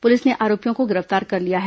police ने आरोपियों को गिरफ्तार कर लिया है